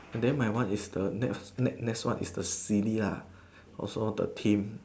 then my one is the next next one is the silly lah also the team